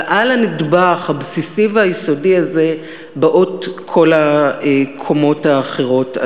ועל הנדבך הבסיסי והיסודי הזה באות כל הקומות האחרות.